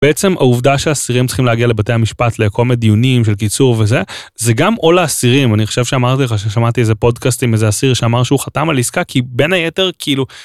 בעצם העובדה שאסירים צריכים להגיע לבתי המשפט, לכל מיני דיונים של קיצור וזה... זה גם עול לאסירים, אני חושב שאמרתי לך ששמעתי איזה פודקאסט עם איזה אסיר, שאמר שהוא חתם על עסקה, כי בין היתר כאילו...